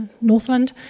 Northland